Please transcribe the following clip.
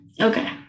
Okay